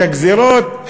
את הגזירות,